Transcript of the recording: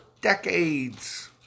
decades